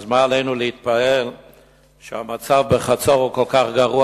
אז מה לנו להתפלא שהמצב בחצור הוא כל כך גרוע.